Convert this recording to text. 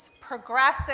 progressive